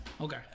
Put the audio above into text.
Okay